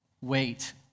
wait